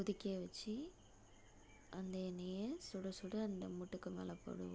கொதிக்க வச்சு அந்த எண்ணெயை சுடச்சுட அந்த மூட்டுக்கு மேலே போடுவோம்